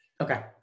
okay